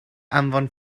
anfon